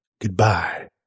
goodbye